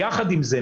יחד עם זה,